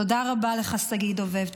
תודה רבה לך, שגיא דובב.